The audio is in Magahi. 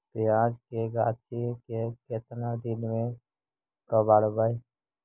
प्याज के गाछि के केतना दिन में कबाड़बै?